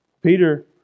Peter